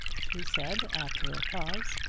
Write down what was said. she said after a pause.